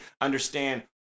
understand